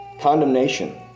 condemnation